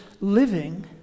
living